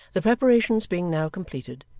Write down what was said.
the preparations being now completed,